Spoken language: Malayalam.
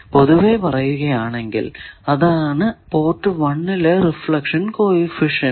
പൊതുവെ പറയുകയാണെങ്കിൽ അതാണ് പോർട്ട് 1 ലെ റിഫ്ലക്ഷൻ കോ എഫിഷ്യന്റ്